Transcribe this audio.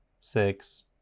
six